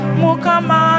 mukama